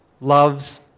loves